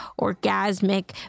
orgasmic